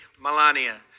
Melania